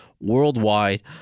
worldwide